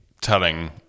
telling